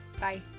Bye